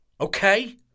Okay